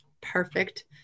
Perfect